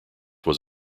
was